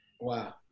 Wow